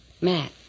Matt